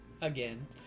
Again